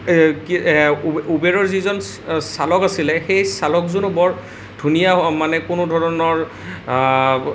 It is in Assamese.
উবেৰৰ যিজন চালক আছিলে সেই চালকজনো বৰ ধুনীয়া মানে কোনো ধৰণৰ